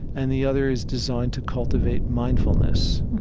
and the other is designed to cultivate mindfulness.